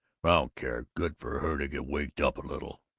but i don't care! good for her to get waked up a little.